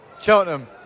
Cheltenham